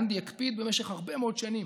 גנדי הקפיד במשך הרבה מאוד שנים,